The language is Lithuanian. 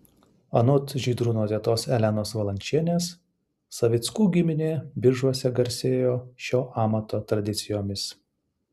anot žydrūno tetos elenos valančienės savickų giminė biržuose garsėjo šio amato tradicijomis